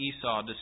Esau